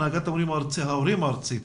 הנהגת ההורים הארצית,